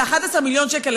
זה 11 מיליון שקל,